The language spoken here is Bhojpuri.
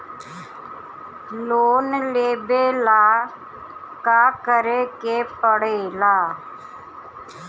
लोन लेबे ला का करे के पड़े ला?